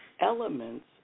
elements